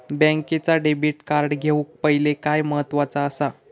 बँकेचा debit card घेउक पाहिले काय महत्वाचा असा?